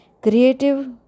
Creative